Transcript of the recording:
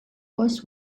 was